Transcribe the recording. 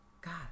God